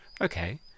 okay